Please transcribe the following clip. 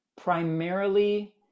primarily